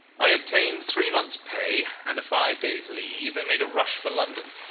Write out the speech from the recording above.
i obtained three months' pay and a five days' leave, and made a rush for london.